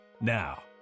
Now